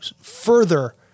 further